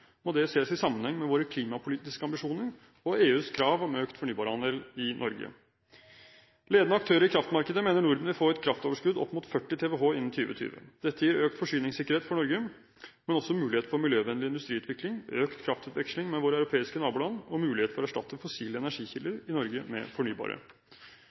må det ses i sammenheng med våre klimapolitiske ambisjoner og EUs krav om økt fornybarandel i Norge. Ledende aktører i kraftmarkedet mener Norden vil få et kraftoverskudd opp mot 40 TWh innen 2020. Dette gir økt forsyningssikkerhet for Norge, men også mulighet for miljøvennlig industriutvikling, økt kraftutveksling med våre europeiske naboland og mulighet for å erstatte fossile energikilder i Norge med fornybare.